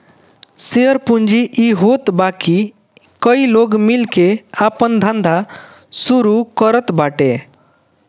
share पूंजी इ होत बाकी कई लोग मिल के आपन धंधा शुरू करत बाटे